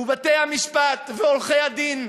בתי-המשפט ועורכי-הדין,